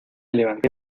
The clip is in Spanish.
levanté